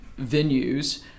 venues